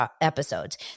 episodes